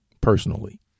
personally